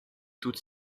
toute